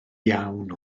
iawn